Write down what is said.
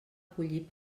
collir